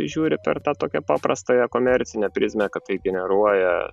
žiūri per tą tokią paprastąją komercinę prizmę kad tai generuoja